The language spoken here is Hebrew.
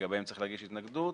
שלגביהן צריך להגיש התנגדות,